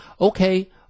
okay